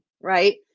right